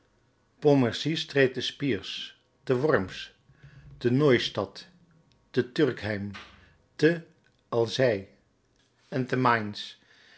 pontmercy streed te spiers te worms te neustadt te turkheim te alzey en te